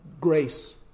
Grace